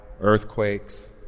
earthquakes